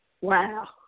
Wow